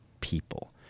people